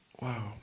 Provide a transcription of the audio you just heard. Wow